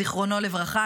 זיכרונו לברכה.